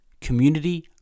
community